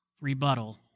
rebuttal